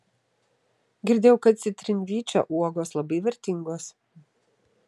girdėjau kad citrinvyčio uogos labai vertingos